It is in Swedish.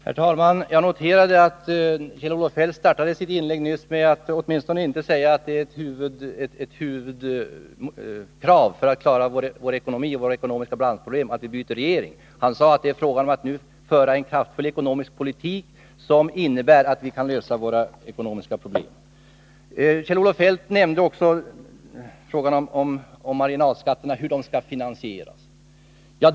Herr talman! Jag noterade att Kjell-Olof Feldt inte inledde sitt inlägg med att säga att ett huvudkrav för att vi skall klara vår ekonomi och våra ekonomiska balansproblem var att vi bytte regering. Han sade att det nu är fråga om att föra en kraftfull ekonomisk politik som innebär att vi kan lösa våra ekonomiska problem. Kjell-Olof Feldt tog också upp frågan om hur en sänkning av marginalskatterna skall finansieras.